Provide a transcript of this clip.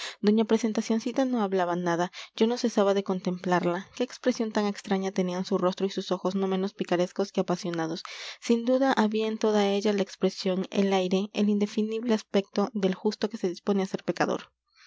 doña presentacioncita no hablaba nada yo no cesaba de contemplarla qué expresión tan extraña tenían su rostro y sus ojos no menos picarescos que apasionados sin duda había en toda ella la expresión el aire el indefinible aspecto del justo que se dispone a ser pecador